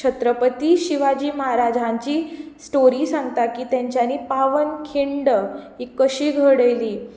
छत्रपती शिवाजी महाराज हांची स्टोरी सांगता की तेंच्यानी पावन खिंड ही कशी घडयली